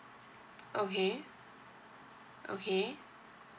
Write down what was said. okay okay